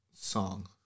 song